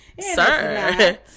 sir